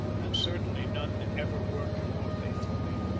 and certainly none ever worked more faithfully.